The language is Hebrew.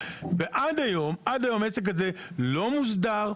ועד היום העסק הזה לא מוסדר,